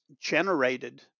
generated